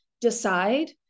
decide